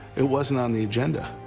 it wasn't on the agenda.